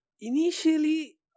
initially